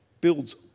builds